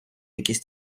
якісь